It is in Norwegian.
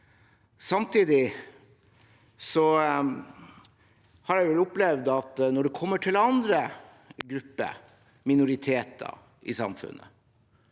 Samtidig har jeg vel opplevd at når det gjelder andre grupper, minoriteter, i samfunnet,